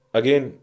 again